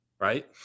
right